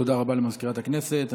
תודה רבה למזכירת הכנסת.